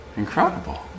incredible